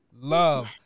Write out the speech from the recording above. love